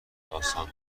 داستان